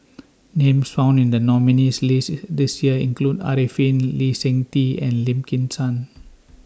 Names found in The nominees' list This Year include Arifin Lee Seng Tee and Lim Kim San